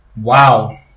Wow